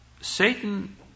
Satan